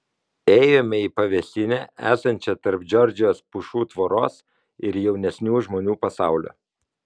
ėjome į pavėsinę esančią tarp džordžijos pušų tvoros ir jaunesnių žmonių pasaulio